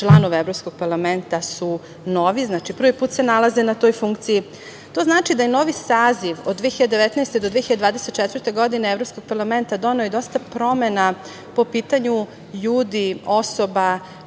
članove Evropskog parlamenta su novi, znači prvi put se nalaze na toj funkciji. To znači da je novi saziv od 2019. do 2024. godine Evropskog parlamenta doneo i dosta promena po pitanju ljudi, osoba